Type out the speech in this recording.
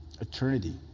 Eternity